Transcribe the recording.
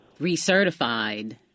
recertified